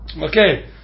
Okay